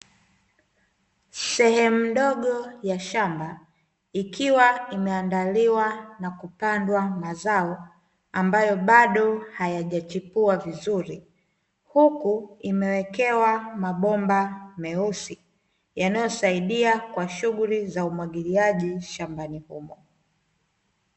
Sehemu ndogo ya shamba ikiwa imeandaliwa na kupandwa mazao ambayo bado hayajachipua vizuri huku imewekewa mabomba meusi yanayosaidia kwa shughuli za umwagiliaji shambani humo.